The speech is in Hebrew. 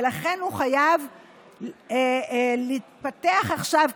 ולכן הוא חייב להתפתח עכשיו,